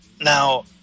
Now